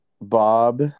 Bob